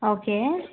okay